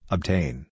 Obtain